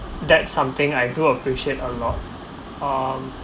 that's something I do appreciate a lot um